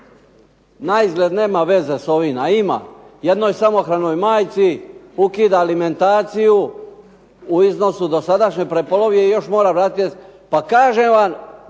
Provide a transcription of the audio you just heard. Na izgled nema veze s ovim, a ima. Jednoj samohranoj majci ukida alimentaciju u iznosu dosadašnje, prepolovi je i još mora raditi. Pa kažem vam,